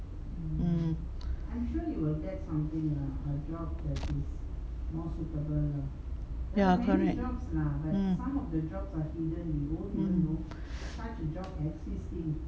mm ya correct mm mm